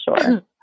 sure